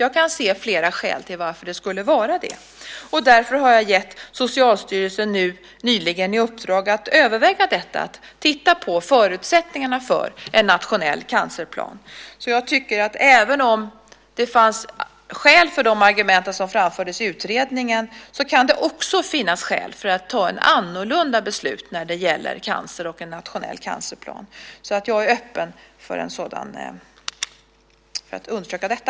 Jag kan se flera skäl till att det skulle vara det. Därför har jag nyligen gett Socialstyrelsen i uppdrag att överväga detta, att titta på förutsättningarna för en nationell cancerplan. Även om det fanns skäl för de argument som framfördes i utredningen kan det finnas skäl för att ta ett annorlunda beslut när det gäller cancer och en nationell cancerplan. Jag är öppen för att undersöka detta.